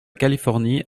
californie